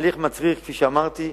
התהליך מצריך, כפי שאמרתי,